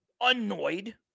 annoyed